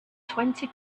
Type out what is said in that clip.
twenty